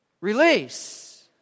Release